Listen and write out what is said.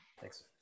Thanks